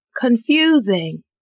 confusing